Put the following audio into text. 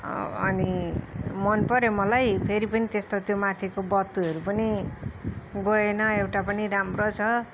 अनि मनपऱ्यो मलाई फेरि पनि त्यस्तो त्यो माथिको बत्तुहरू पनि गएन एउटा पनि राम्रो छ